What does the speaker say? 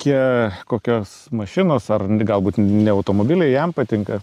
kia kokios mašinos ar galbūt ne automobiliai jam patinka